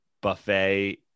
buffet